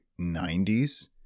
90s